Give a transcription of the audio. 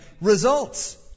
results